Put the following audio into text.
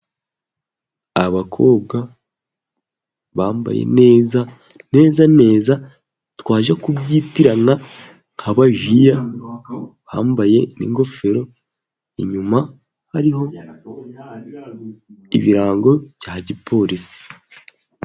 Abakobwa bambaye neza, neza, neza, twaje kubyitiranya nk'Abajiya, bambaye n'ingofero inyuma hariho ibirango bya polisi.